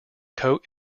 coat